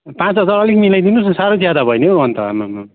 पाँच हजार अलिक मिलाइदिनुहोस् न साह्रो ज्यादा भयो नि हौ अन्त आम्मामा